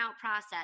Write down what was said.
process